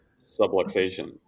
subluxation